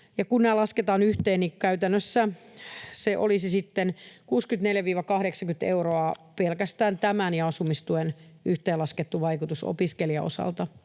Kun nämä lasketaan yhteen, niin käytännössä olisi sitten 64—80 euroa pelkästään tämän ja asumistuen yhteenlaskettu vaikutus opiskelijan osalta.